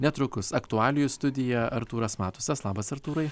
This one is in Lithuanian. netrukus aktualijų studija artūras matusas labas artūrai